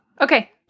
Okay